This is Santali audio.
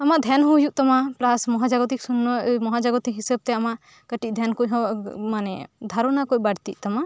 ᱟᱢᱟᱜ ᱫᱷᱮᱱ ᱦᱚᱸ ᱦᱩᱭᱩᱜ ᱛᱟᱢᱟ ᱯᱮᱞᱟᱥ ᱢᱚᱦᱟᱡᱚᱜᱚᱛᱤ ᱥᱩᱱᱭᱚ ᱢᱚᱦᱟᱡᱚᱜᱚᱛᱤ ᱦᱤᱥᱟᱹᱵᱛᱮ ᱟᱢᱟᱜ ᱠᱟᱹᱴᱤᱡ ᱫᱷᱭᱮᱱ ᱠᱩᱡ ᱦᱚᱸ ᱢᱟᱱᱮ ᱫᱷᱟᱨᱚᱱᱟ ᱠᱚ ᱵᱟᱹᱲᱛᱤᱜ ᱛᱟᱢᱟ